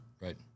Right